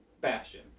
Bastion